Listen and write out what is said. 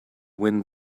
wind